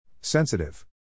Sensitive